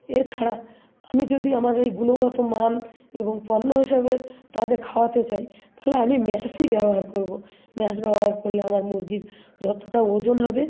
এছাড়া আমি যদি আমার ওই গুণগত মান এবং পণ্য হিসাবে তাদের খাওয়াতে চাই তাহলে আমি ম্যাশই ব্যবহার করব ম্যাশ ব্যবহার করতে আমার মুরগির যতটা ওজন হবে